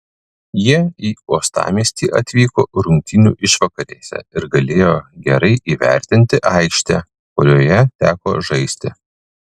jie į uostamiestį atvyko rungtynių išvakarėse ir galėjo gerai įvertinti aikštę kurioje teko žaisti